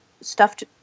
stuffed